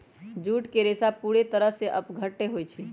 jute के रेशा पूरे तरह से अपघट्य होई छई